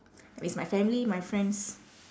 risk my family my friends